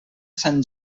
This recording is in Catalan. sant